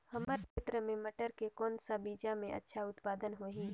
हमर क्षेत्र मे मटर के कौन सा बीजा मे अच्छा उत्पादन होही?